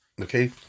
Okay